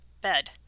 bed